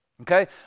Okay